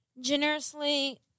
Generously